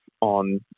on